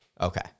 Okay